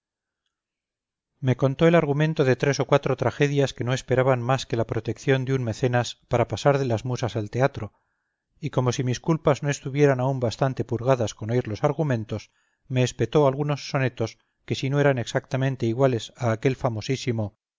me contó el argumento de tres o cuatro tragedias que no esperaban más que la protección de un mecenas para pasar de las musas al teatro y como si mis culpas no estuvieran aún bastante purgadas con oír los argumentos me espetó algunos sonetos que si no eran exactamente iguales a aquel famosísimo